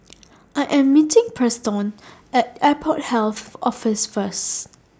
I Am meeting Preston At Airport Health Office First